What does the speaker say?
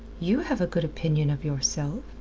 you have a good opinion of yourself.